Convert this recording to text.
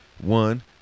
One